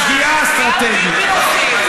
שגיאה אסטרטגית.